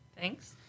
Thanks